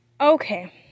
okay